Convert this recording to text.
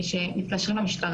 לא באמת עצרו אותו,